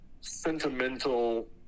sentimental